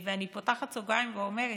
אני פותחת סוגריים ואומרת: